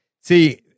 See